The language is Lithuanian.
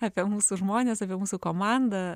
apie mūsų žmonės apie mūsų komandą